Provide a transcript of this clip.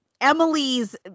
Emily's